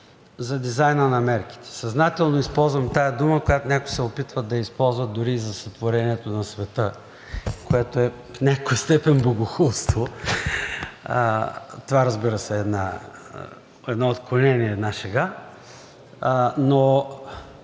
за дизайна на мерките. Съзнателно използвам тази дума, която някои се опитват да я използват дори и за сътворението на света, което е в някаква степен богохулство. Това, разбира се, е едно отклонение, една шега. Но